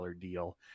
deal